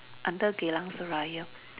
under Geylang Serai